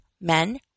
men